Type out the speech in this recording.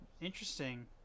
Interesting